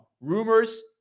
rumors